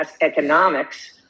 economics